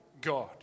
God